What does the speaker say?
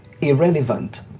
irrelevant